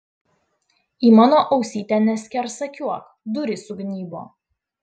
į mano ausytę neskersakiuok durys sugnybo